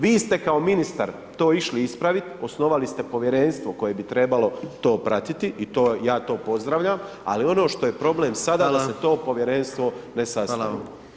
Vi ste kao ministar to išli ispravit, osnovali ste povjerenstvo koje bi trebalo to pratiti i ja to pozdravljam ali ono što je problem sada da se to povjerenstvo ne sastavi.